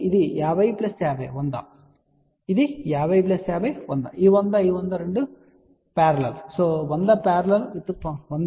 ఇది 50 50 100 50 50 100 100 100 50